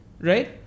right